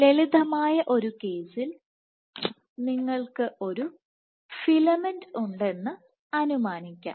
ലളിതമായ ഒരു കേസിൽ നിങ്ങൾക്ക് ഒരു ഫിലമെന്റ് filamentഉണ്ടെന്ന് അനുമാനിക്കാം